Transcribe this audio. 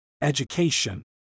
education